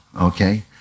okay